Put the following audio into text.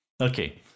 Okay